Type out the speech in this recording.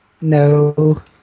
No